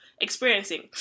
Experiencing